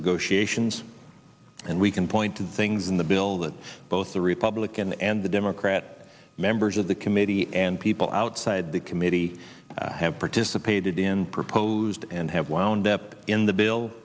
negotiations and we can point to things in the bill that both the republican and the democrat members of the committee and people outside the committee have participated in proposed and have wound up in the bill